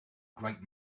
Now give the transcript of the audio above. great